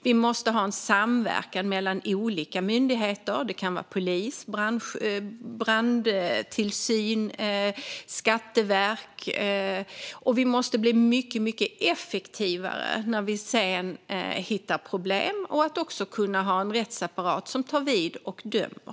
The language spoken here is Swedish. Vi måste ha en samverkan mellan olika myndigheter - det kan handla om polis, brandtillsyn och Skatteverket - och bli mycket effektivare när vi hittar problem. Vi måste också ha en rättsapparat som tar vid och dömer.